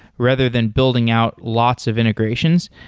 rather than building out lots of integrations.